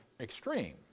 extreme